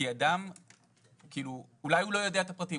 כי אולי הוא לא יודע את הפרטים,